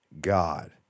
God